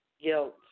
Guilt